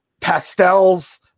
pastels